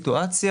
הסיטואציה.